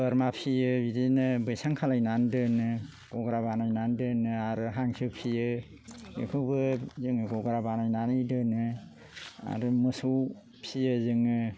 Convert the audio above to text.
बोरमा फिसियो बिदिनो बैसां खालामनानै दोनो गग्रा बानायनानै दोनो आरो हांसो फिसियो बेखौबो जों गग्रा बानायनानै दोनो आरो मोसौ फिसियो जोङो